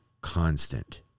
constant